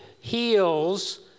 heals